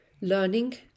learning